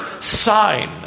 sign